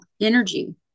energy